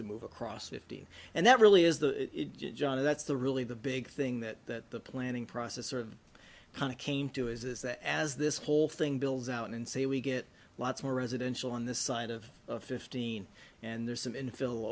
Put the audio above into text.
to move across fifty and that really is the john that's the really the big thing that the planning process sort of kind of came to is is that as this whole thing builds out and say we get lots more residential on this side of fifteen and there's some in